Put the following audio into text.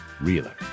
realer